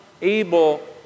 able